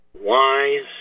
wise